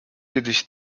kiedyś